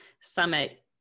summit